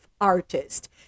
artist